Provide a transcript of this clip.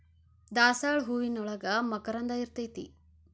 ದಾಸಾಳ ಹೂವಿನೋಳಗ ಮಕರಂದ ಇರ್ತೈತಿ